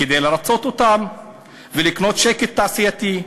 כדי לרצות אותם ולקנות שקט תעשייתי.